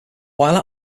while